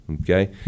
Okay